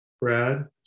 Brad